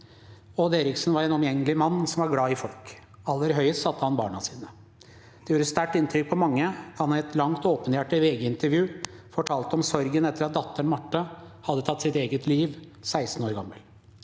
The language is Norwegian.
Odd Eriksen var en omgjengelig mann som var glad i folk. Aller høyest satte han barna sine. Det gjorde sterkt inntrykk på mange da han i et langt og åpenhjertig VGintervju fortalte om sorgen etter at datteren Marte hadde tatt sitt eget liv 16 år gammel.